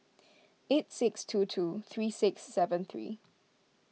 eight six two two three six seven three